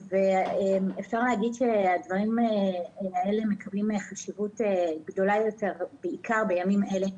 אפשר להגיד שהדברים האלה מקבלים חשיבות גדולה יותר בעיקר בימים אלה,